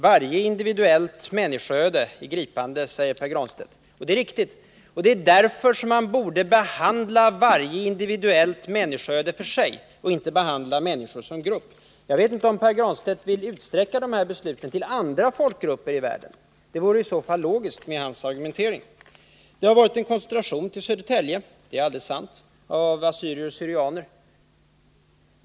Varje individuellt människoöde är gripande, säger Pär Granstedt. Det är riktigt, och det är därför man borde behandla varje individuellt människoöde för sig och inte behandla människor som grupp. Jag vet inte om Pär Granstedt vill utsträcka de här besluten till andra folkgrupper i världen. Det vore i så fall logiskt, med hans argumentering. Det har varit en koncentration till Södertälje av assyrier och syrianer, det är alldeles sant.